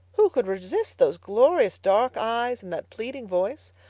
who could resist those glorious dark eyes, and that pleading voice?